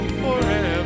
forever